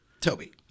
Toby